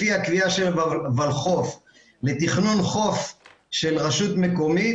לפי הקריאה של הולחו"ף לתכנון חוף של רשות מקומית,